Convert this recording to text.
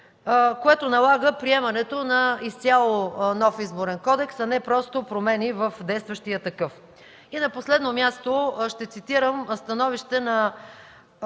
което налага приемането изцяло на нов Изборен кодекс, а не просто промени в действащия такъв. На последно място, ще цитирам становище на